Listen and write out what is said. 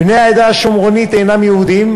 בני העדה השומרונית אינם יהודים,